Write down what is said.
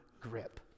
grip